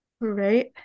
Right